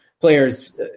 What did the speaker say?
players